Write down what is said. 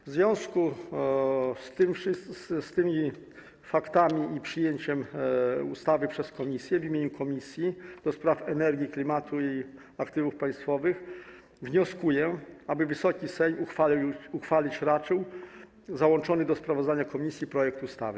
W związku z tymi faktami i przyjęciem ustawy przez komisję w imieniu Komisji do Spraw Energii, Klimatu i Aktywów Państwowych wnioskuję, aby Wysoki Sejm uchwalić raczył załączony do sprawozdania komisji projekt ustawy.